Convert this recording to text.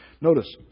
Notice